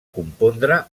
compondre